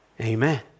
Amen